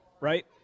right